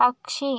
പക്ഷി